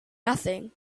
nothing